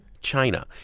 China